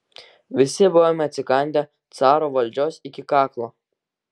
visi buvome atsikandę caro valdžios iki kaklo